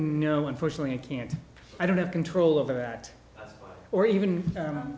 know unfortunately i can't i don't have control over that or even